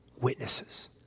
witnesses